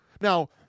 Now